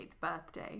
birthday